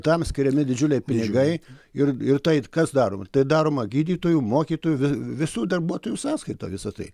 tam skiriami didžiuliai pinigai ir ir tai kas daroma tai daroma gydytojų mokytojų visų darbuotojų sąskaita visa tai